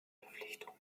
verpflichtung